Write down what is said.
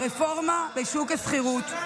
הרפורמה בשוק השכירות,